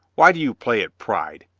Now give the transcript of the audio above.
why do you play at pride?